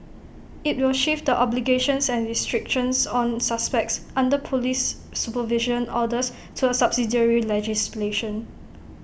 IT will shift the obligations and restrictions on suspects under Police supervision orders to A subsidiary legislation